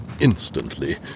instantly